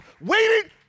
waiting